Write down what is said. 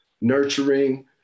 nurturing